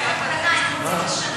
כל השאר, יאכלו בשר, לא יאכלו בשר,